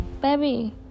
Baby